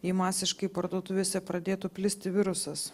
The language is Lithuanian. jei masiškai parduotuvėse pradėtų plisti virusas